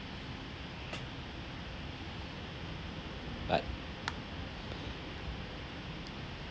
bye